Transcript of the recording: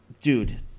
dude